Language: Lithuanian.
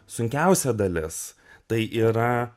sunkiausia dalis tai yra